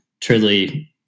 truly